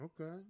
Okay